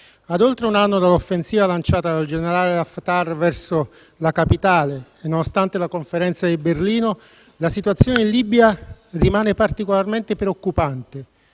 a oltre un anno dall'offensiva lanciata dal generale Haftar sulla capitale e nonostante la Conferenza di Berlino, la situazione in Libia rimane particolarmente preoccupante.